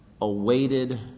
awaited